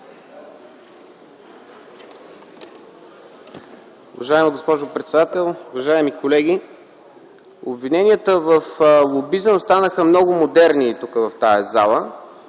Уважаеми господин председател, уважаеми колеги! Обвиненията в лобизъм станаха много модерни тук, в тази зала.